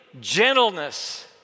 gentleness